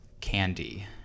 candy